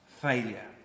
failure